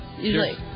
Usually